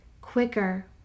quicker